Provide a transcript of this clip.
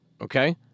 okay